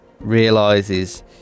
realizes